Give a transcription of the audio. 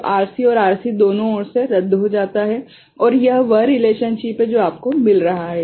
तो RC और RC दोनों ओर से रद्द हो जाता है और यह वह रिलेशनशिप है जो आपको मिल रहा है